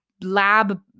lab